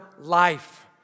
life